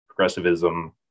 progressivism